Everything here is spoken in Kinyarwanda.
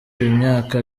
imyaka